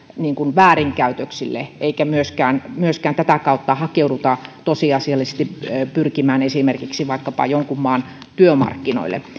väärinkäytöksille eikä myöskään myöskään tätä kautta hakeuduta tosiasiallisesti pyrkimään esimerkiksi jonkun maan työmarkkinoille